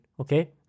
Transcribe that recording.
okay